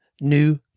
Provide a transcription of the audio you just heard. new